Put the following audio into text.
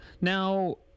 Now